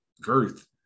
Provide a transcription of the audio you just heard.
girth